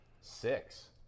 Six